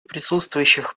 присутствующих